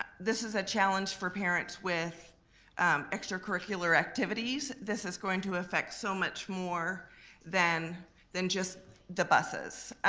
this is challenge for parents with extracurricular activities. this is going to affect so much more then then just the buses.